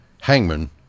hangman